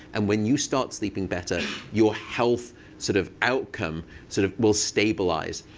and when you start sleeping better, your health sort of outcome sort of will stabilize.